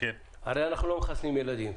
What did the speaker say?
הרי אנחנו לא מחסנים ילדים.